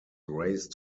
raised